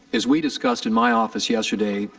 as we discussed in my office yesterday,